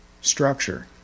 structure